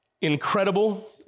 incredible